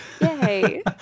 Yay